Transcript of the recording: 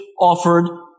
offered